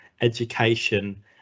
education